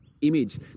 image